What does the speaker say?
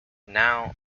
now